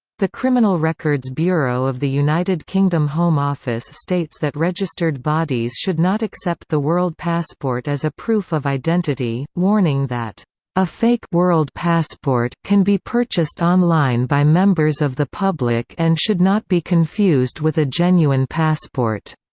the criminal records bureau of the united kingdom home office states that registered bodies should not accept the world passport as a proof of identity, warning that a fake world passport can be purchased online by members of the public and should not be confused with a genuine passport.